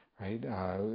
Right